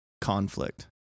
conflict